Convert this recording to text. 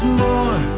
more